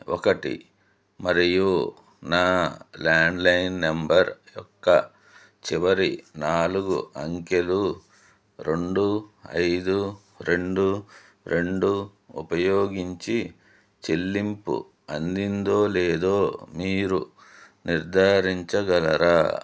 ఒకటి మరియు నా ల్యాండ్లైన్ నెంబర్ యొక్క చివరి నాలుగు అంకెలు రెండు ఐదు రెండు రెండు ఉపయోగించి చెల్లింపు అందిందో లేదో మీరు నిర్ధారించగలరా